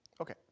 Okay